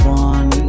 one